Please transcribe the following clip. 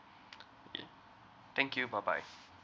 eh thank you bye bye